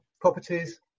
properties